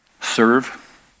Serve